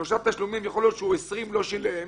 שלושה תשלומים, יכול להיות שהוא 20 לא שילם,